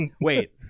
Wait